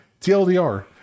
TLDR